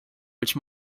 which